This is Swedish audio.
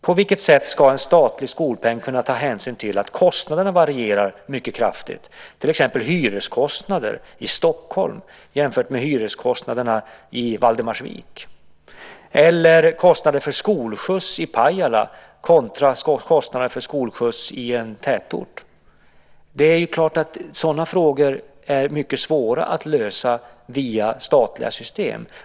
På vilket sätt ska en statlig skolpeng kunna ta hänsyn till att kostnaderna varierar mycket kraftigt, till exempel hyreskostnader i Stockholm jämfört med hyreskostnaderna i Valdemarsvik eller kostnaderna för skolskjuts i Pajala kontra kostnaderna för skolskjuts i en tätort? Det är klart att sådana frågor är mycket svåra att lösa via statliga system.